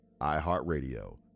iHeartRadio